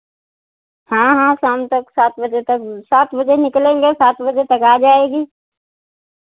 हाँ हाँ शाम तक सात बजे तक सात बजे निकलेंगे सात बजे तक आ जाएगी